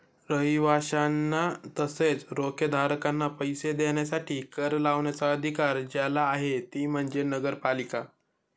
रहिवाशांना तसेच रोखेधारकांना पैसे देण्यासाठी कर लावण्याचा अधिकार ज्याला आहे ती म्हणजे नगरपालिका